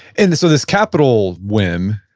and so, this capitol whim,